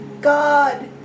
God